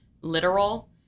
literal –